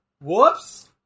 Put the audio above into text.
Whoops